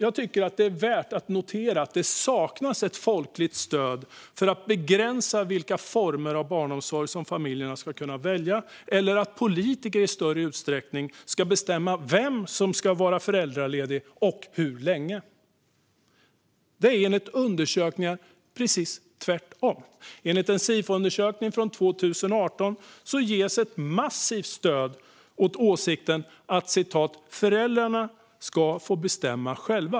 Det är värt att notera att det saknas ett folkligt stöd för att begränsa vilka former av barnomsorg som familjer ska kunna välja och för att politiker i större utsträckning ska bestämma vem som ska vara föräldraledig och hur länge. Det är enligt undersökningar precis tvärtom. En Sifoundersökning 2018 gav massivt stöd för åsikten att föräldrar ska få bestämma själva.